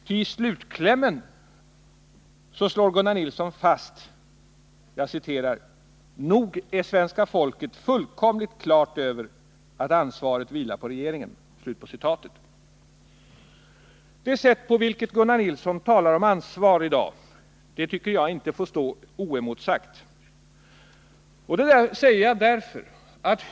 Ty i slutklämmen slår Gunnar Nilsson fast: ”Nog är svenska folket fullkomligt klart över att ansvaret vilar på regeringen.” Vad Gunnar Nilsson här säger om ansvar tycker jag inte får stå oemotsagt.